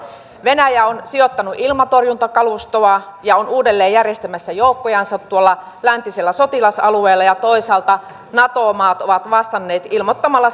venäjä on sijoittanut ilmatorjuntakalustoa ja on uudelleen järjestämässä joukkojansa tuolla läntisellä sotilasalueella ja toisaalta nato maat ovat vastanneet ilmoittamalla